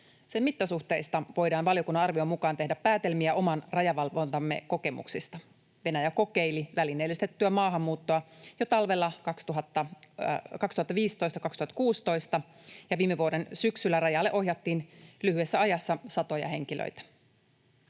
Sen mittasuhteista voidaan valiokunnan arvion mukaan tehdä päätelmiä oman rajavalvontamme kokemuksista. Venäjä kokeili välineellistettyä maahanmuuttoa jo talvella 2015—2016, ja viime vuoden syksyllä rajalle ohjattiin lyhyessä ajassa satoja henkilöitä.